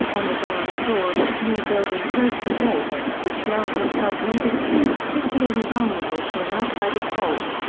on the ground floor of a small building close to a gate, which lalkin felt made his team particularly vulnerable to an outside assault.